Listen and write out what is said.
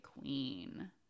queen